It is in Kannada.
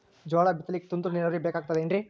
ಜೋಳ ಬಿತಲಿಕ ತುಂತುರ ನೀರಾವರಿ ಬೇಕಾಗತದ ಏನ್ರೀ?